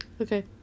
Okay